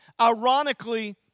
Ironically